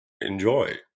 enjoy